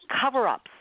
cover-ups